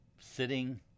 sitting